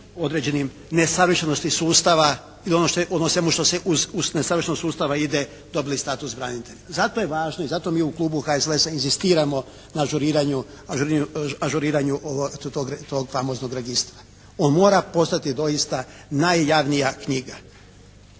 određenim nesavršenosti sustava i ono o svemu što se uz nesavršenost sustava ide, dobili status branitelja. Zato je važno i zato mi u Klubu HSLS-a inzistiramo na ažuriranju tog famoznog registra. On mora postojati doista najjavnija knjiga.